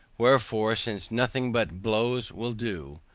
wherefore, since nothing but blows will do,